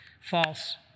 false